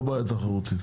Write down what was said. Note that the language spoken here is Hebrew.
לא בעיה תחרותית.